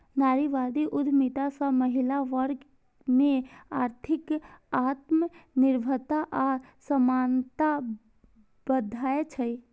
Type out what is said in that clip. नारीवादी उद्यमिता सं महिला वर्ग मे आर्थिक आत्मनिर्भरता आ समानता बढ़ै छै